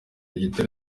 igitego